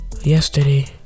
yesterday